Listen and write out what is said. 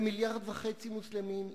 במיליארד וחצי מוסלמים,